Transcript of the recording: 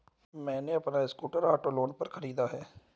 मैने अपना scooter auto loan पर खरीदा है